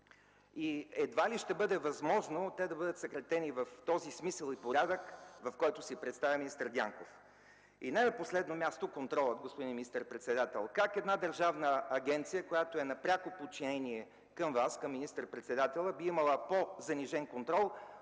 и едва ли ще бъде възможно те да бъдат съкратени в този смисъл и порядък, в който си представя министър Дянков. И не на последно място – контролът, господин министър-председател. Как една държавна агенция, която е на пряко подчинение към Вас, към министър-председателя, би имала по-занижен контрол,